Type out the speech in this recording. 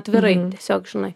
atvirai tiesiog žinai